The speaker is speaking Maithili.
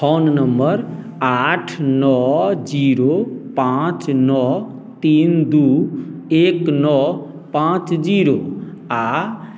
फोन नम्बर आठ नओ जीरो पाँच नओ तीन दुइ एक नओ पाँच जीरो आओर